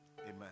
Amen